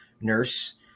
nurse